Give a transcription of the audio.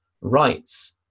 rights